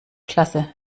klasse